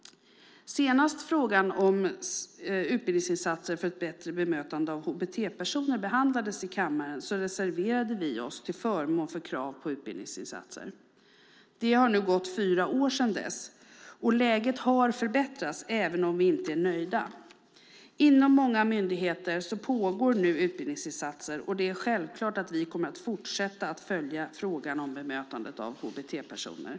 Senast frågan om utbildningsinsatser för ett bättre bemötande av hbt-personer behandlades här i kammaren reserverade vi oss till förmån för krav på utbildningsinsatser. Det har nu gått fyra år sedan dess. Läget har förbättrats, men vi är inte nöjda. Inom många myndigheter görs nu utbildningsinsatser. Självklart kommer vi att fortsätta att följa frågan om bemötandet av hbt-personer.